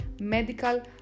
medical